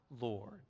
Lord